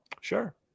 Sure